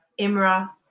Imra